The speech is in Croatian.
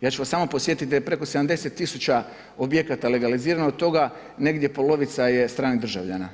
ja ću vas samo podsjetiti da je preko 70000 objekata legalizirano, od toga, negdje polovica je stranih državljana.